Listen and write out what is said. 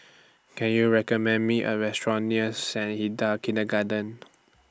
Can YOU recommend Me A Restaurant near Saint Hilda's Kindergarten